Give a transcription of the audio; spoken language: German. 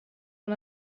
von